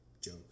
joke